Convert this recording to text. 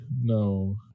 No